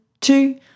two